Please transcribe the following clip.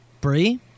Bree